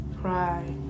cry